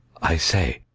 i say.